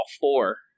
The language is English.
four